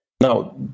Now